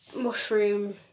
mushroom